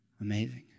Amazing